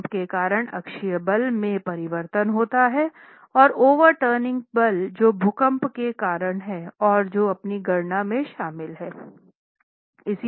भूकंप के कारण अक्षीय बल में परिवर्तन होता है औरओवर टर्निंग पल जो भूकंप के कारण हैं और जो आपकी गणनाओं में शामिल है